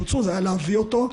ואז, אנחנו נסיים את הישיבה היום.